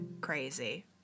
crazy